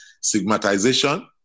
stigmatization